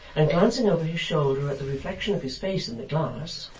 and glancing over his shoulder at the reflection of his face in the glass,